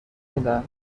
میدن